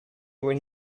when